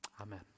Amen